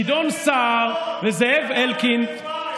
גדעון סער וזאב אלקין.